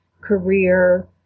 career